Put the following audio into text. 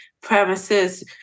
premises